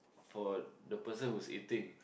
for the person who's eating